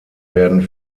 werden